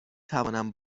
توانم